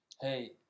hey